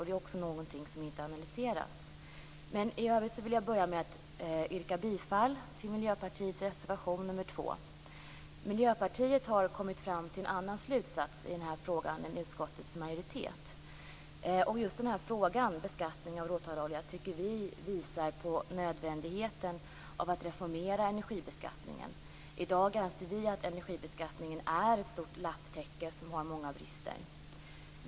Det är också något som inte har analyserats. I övrigt vill jag yrka bifall till Miljöpartiets reservation nr 2. Miljöpartiet har kommit fram till en annan slutsats i den här frågan än utskottets majoritet. Just frågan beskattning av råtallolja tycker vi visar på nödvändigheten av att reformera energibeskattningen. I dag anser vi att energibeskattningen är ett stort lapptäcke som har många brister.